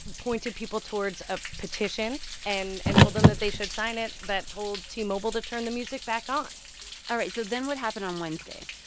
pointed people towards a petition and and told them that they should sign it that told t-mobile to turn the music back on all right. so then what happened on wednesday?